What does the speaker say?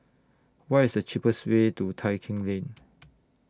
What IS The cheapest Way to Tai Keng Lane